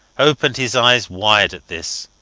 opened his eyes wide at this.